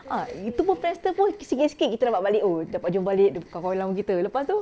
ah itu pun Friendster pun sikit-sikit kita dapat balik oh dapat jumpa balik dia punya kawan-kawan lama kita lepas tu